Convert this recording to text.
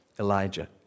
Elijah